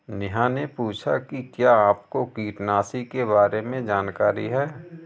नेहा ने पूछा कि क्या आपको कीटनाशी के बारे में जानकारी है?